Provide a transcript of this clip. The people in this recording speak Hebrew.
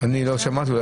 לא שמעתי.